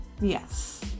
Yes